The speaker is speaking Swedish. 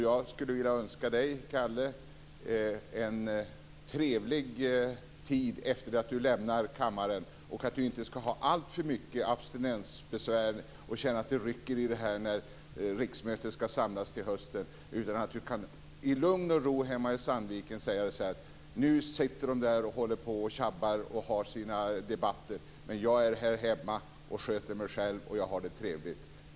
Jag skulle vilja önska dig, Kalle, en trevlig tid efter det att du lämnar kammaren. Jag hoppas att du inte skall ha alltför mycket abstinensbesvär och att du skall slippa känna att det rycker i dig när riksdagen skall samlas till hösten. Jag hoppas att du i lugn och ro hemma i Sandviken kan säga så här: "Nu sitter de där och tjabbar och har sina debatter, men jag är här hemma och sköter mig själv, och jag har det trevligt."